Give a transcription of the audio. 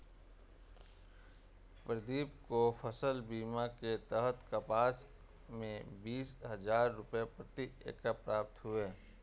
प्रदीप को फसल बीमा के तहत कपास में बीस हजार रुपये प्रति एकड़ प्राप्त हुए